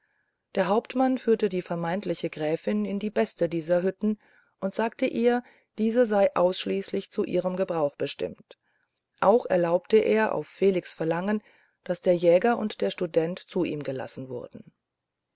der hauptmann führte die vermeintliche gräfin in die beste dieser hütten und sagte ihr diese sei ausschließlich zu ihrem gebrauch bestimmt auch erlaubte er auf felix verlangen daß der jäger und der student zu ihm gelassen wurden